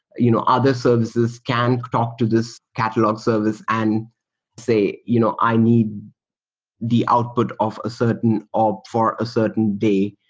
you know other services can talk to this catalog service and say, you know i need the output of a certain op for a certain day,